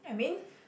I mean